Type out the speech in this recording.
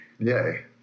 Yay